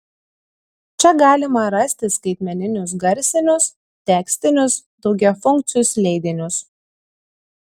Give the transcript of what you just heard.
čia galima rasti skaitmeninius garsinius tekstinius daugiafunkcius leidinius